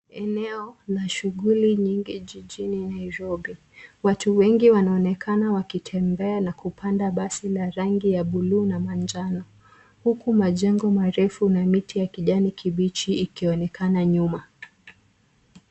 Eneo la shughuli nyingi jijini Nairobi .Watu wengi wanaonekana wakitembea ,na kupanda basi la rangi ya buluu na manjano, huku majengo marefu na miti ya kijani kibichi , ikionekana nyuma.